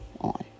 on